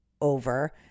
over